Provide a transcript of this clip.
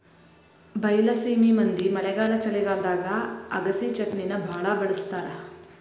ಬೈಲಸೇಮಿ ಮಂದಿ ಮಳೆಗಾಲ ಚಳಿಗಾಲದಾಗ ಅಗಸಿಚಟ್ನಿನಾ ಬಾಳ ಬಳ್ಸತಾರ